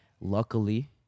Luckily